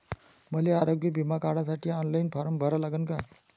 मले आरोग्य बिमा काढासाठी ऑनलाईन फारम भरा लागन का?